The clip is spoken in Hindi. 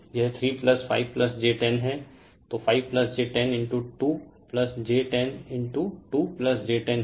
यह 35 j 10 है तो 5 j 102 j 10 2 j 10 हैं